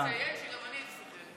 תציין שגם אני הייתי שחיינית.